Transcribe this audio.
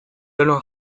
talents